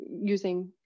using